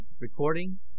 Recording